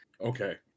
Okay